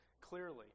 clearly